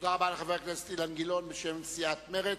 תודה רבה לחבר הכנסת אילן גילאון בשם סיעת מרצ.